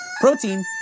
Protein